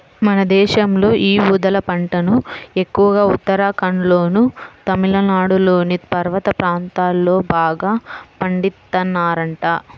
మన దేశంలో యీ ఊదల పంటను ఎక్కువగా ఉత్తరాఖండ్లోనూ, తమిళనాడులోని పర్వత ప్రాంతాల్లో బాగా పండిత్తన్నారంట